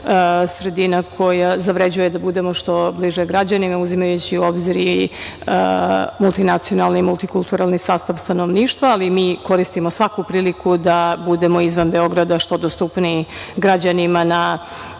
sredina koja zavređuje da budemo što bliži građanima, uzimajući u obzir i multinacionalni i multikulturalni sastav stanovništva, ali mi koristimo svaku priliku da budemo izvan Beograda, što dostupniji građanima na